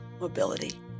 mobility